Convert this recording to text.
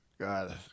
God